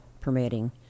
permitting